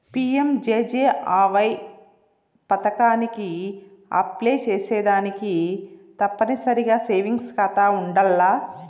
PMJJAY పదకానికి apply సేసేదానికి తప్పనిసరిగా సేవింగ్స్ కాతా ఉండాల్ల